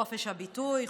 חופש הביטוי,